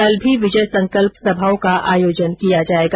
कल भी विजय संकल्प सभाओं का आयोजन किया जायेगा